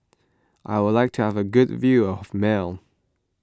I would like to have a good view of Male